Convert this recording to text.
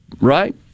right